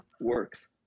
works